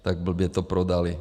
Tak blbě to prodali.